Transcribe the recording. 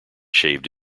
shaved